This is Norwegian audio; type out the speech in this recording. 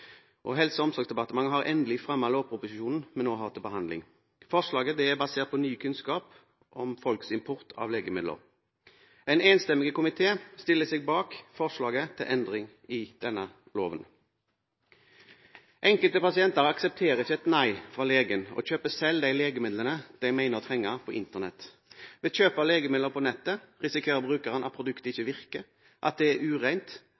og destruksjon. Helse- og omsorgsdepartementet har endelig fremmet lovproposisjonen vi nå har til behandling. Forslaget er basert på ny kunnskap om folks import av legemidler. En enstemmig komité stiller seg bak forslaget til endring i denne loven. Enkelte pasienter aksepterer ikke et nei fra legen og kjøper selv de legemidlene de mener å trenge, på Internett. Ved kjøp av legemidler på nettet risikerer brukeren at produktet ikke virker, at det er